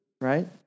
right